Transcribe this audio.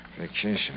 Vacation